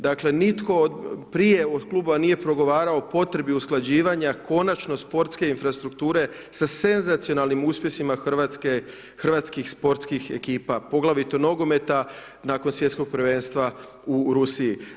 Dakle, nitko prije od kluba nije progovarao o potrebi usklađivanja konačno sportske infrastrukture sa senzacionalnim uspjesima hrvatskih sportskih ekipa, poglavito nogometa nakon Svjetskog prvenstva u Rusiji.